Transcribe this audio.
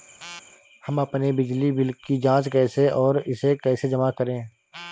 हम अपने बिजली बिल की जाँच कैसे और इसे कैसे जमा करें?